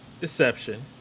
Deception